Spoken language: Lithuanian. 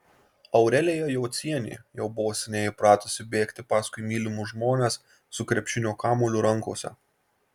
aurelija jocienė jau buvo seniai įpratusi bėgti paskui mylimus žmones su krepšinio kamuoliu rankose